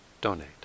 donate